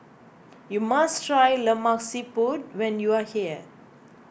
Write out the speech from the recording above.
you must try Lemak Siput when you are here